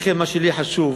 לכן, מה שלי חשוב,